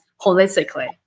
holistically